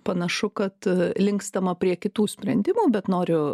panašu kad linkstama prie kitų sprendimų bet noriu